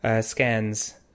scans